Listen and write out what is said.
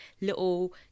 little